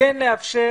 שכן לאפשר